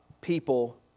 people